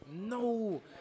no